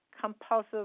compulsive